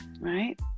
Right